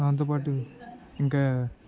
దాంతోపాటు ఇంకా